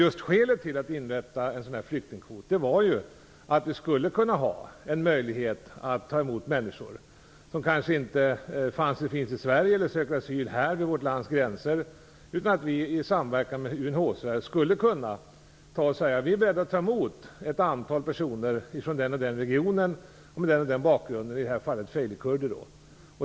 Just skälet till att inrätta en flyktingkvot var att vi skulle kunna ha en möjlighet att ta emot människor som kanske inte finns i Sverige eller söker asyl inom vårt lands gränser, utan att vi i samverkan med UNHCR skulle kunna säga att vi är beredda att ta emot ett antal personer från den ena eller den andra regionen med en viss bakgrund, i det här fallet feilikurder.